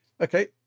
Okay